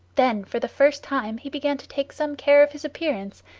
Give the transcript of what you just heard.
then for the first time he began to take some care of his appearance,